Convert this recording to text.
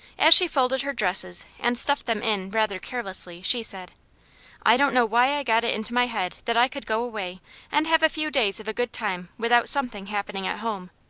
as she folded her dresses and stuffed them in rather carelessly she said i don't know why i got it into my head that i could go away and have a few days of a good time without something happening at home.